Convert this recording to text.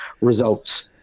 results